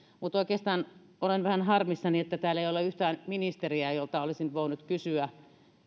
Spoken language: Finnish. mutta oikeastaan olen vähän harmissani että täällä ei ole yhtään ministeriä jolta olisin voinut kysyä